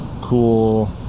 cool